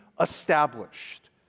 established